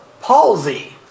palsy